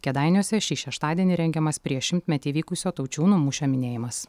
kėdainiuose šį šeštadienį rengiamas prieš šimtmetį vykusio taučiūnų mūšio minėjimas